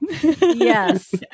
yes